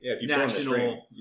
national